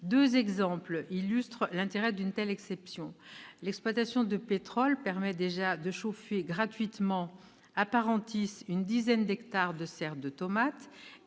Deux exemples illustrent l'intérêt d'une telle exception : l'exploitation de pétrole permet déjà de chauffer gratuitement, à Parentis-en-Born, une dizaine d'hectares de serres de tomates